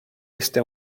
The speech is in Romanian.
este